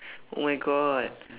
oh my god